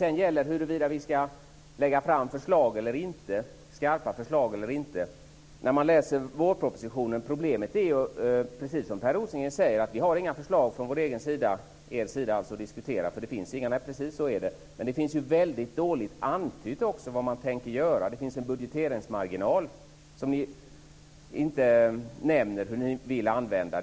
Sedan var det frågan om vi ska lägga fram skarpa förslag eller inte. Precis som Per Rosengren säger är problemet att vi inte har några förslag från vår egen sida att diskutera i fråga om vårpropositionen. Det finns dåligt antytt vad man tänker göra. Det finns en budgeteringsmarginal som ni inte nämner hur ni vill använda.